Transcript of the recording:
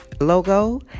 logo